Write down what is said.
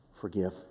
forgive